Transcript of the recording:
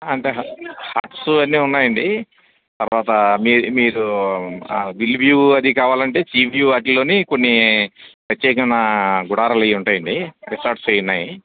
అంటే హట్స్ అన్నీ ఉన్నాయి అండి తర్వాత మీ మీరు హిల్ వ్యూ అది కావాలంటే సి వ్యూ వాటిలో కొన్ని ప్రత్యేకమైన గుడారాలు అవి ఉంటాయి అండి రిసార్ట్స్ అవి ఉన్నాయి